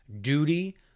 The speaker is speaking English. duty